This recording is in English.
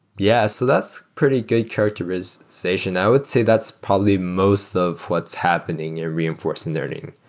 yeah. so that's pretty good characterization. i would say that's probably most of what's happening in reinforcement learning.